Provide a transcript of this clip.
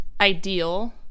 Ideal